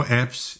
apps